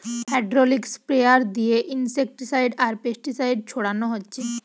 hydraulic sprayer দিয়ে insecticide আর pesticide ছোড়ানা হচ্ছে